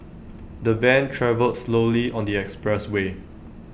the van travelled slowly on the expressway